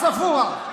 צבוע.